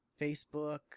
Facebook